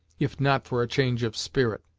if not for a change of spirit.